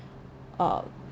uh